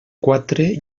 quatre